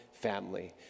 family